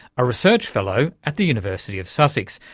a research fellow at the university of sussex,